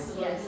Yes